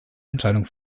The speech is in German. entscheidung